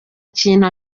kintu